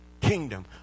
kingdom